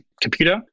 computer